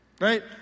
right